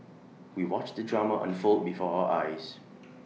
we watched the drama unfold before our eyes